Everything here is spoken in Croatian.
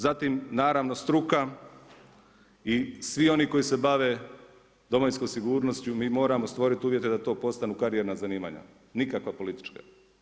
Zatim naravno, struka i svi oni koji se bave Domovinskom sigurnosti mi moramo stvoriti uvjete da postanu karijerna zanimanja, nikakva politička.